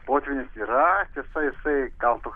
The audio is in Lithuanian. potvynis yra tiesa jisai gal toks